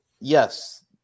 yes